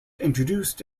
introduced